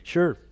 Sure